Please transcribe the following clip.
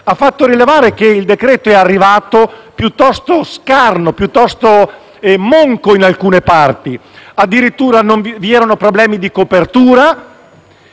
Ha fatto rilevare che il decreto si presentava piuttosto scarno e monco in alcune parti; addirittura vi erano problemi di copertura,